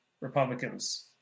Republicans